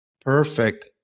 perfect